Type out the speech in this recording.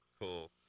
cool